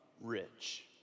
rich